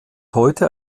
heute